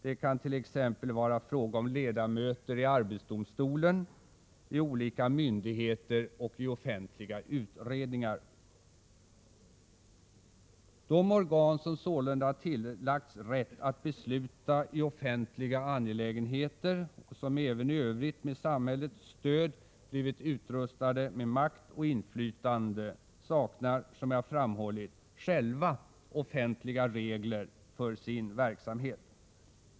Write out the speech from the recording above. Det kan t.ex. vara fråga om ledamöter i arbetsdomstolen, i olika myndigheter och i offentliga utredningar. De organ som sålunda tillagts rätt att besluta i offentliga angelägenheter och som även i övrigt med samhällets stöd blivit utrustade med makt och inflytande saknar, som jag framhållit, själva offentliga regler för sin verksamhet.